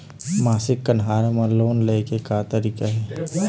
मासिक कन्हार म लोन ले के का तरीका हे?